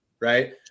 right